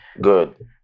Good